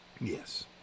Yes